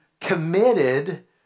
committed